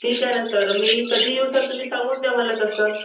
ठीक आहे ना सर मी कधी येऊ सर तुम्ही सांगून द्या मला तसं